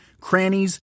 crannies